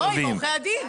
לא, עם עורכי הדין.